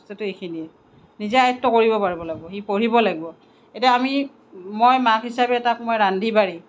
বস্তুটো এইখিনিয়েই নিজে আয়ত্ব কৰিব পাৰিব লাগিব সি পঢ়িব লাগিব এতিয়া আমি মই মাক হিচাপে তাক মই ৰান্ধি বাঢ়ি